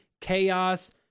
chaos